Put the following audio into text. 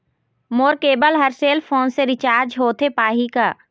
मोर cable हर cell phone से recharge होथे पाही का?